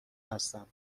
هستم